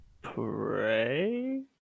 Pray